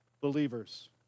believers